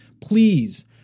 please